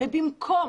ובמקום